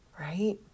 Right